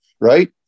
right